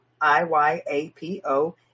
I-Y-A-P-O